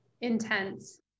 Intense